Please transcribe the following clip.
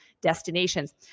destinations